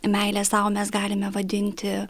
meilę sau mes galime vadinti